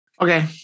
okay